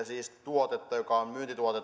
siis tuotetta joka on myyntituote